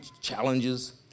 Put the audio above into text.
challenges